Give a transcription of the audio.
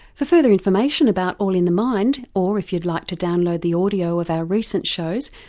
for further information about all in the mind or, if you'd like to download the audio of our recent shows,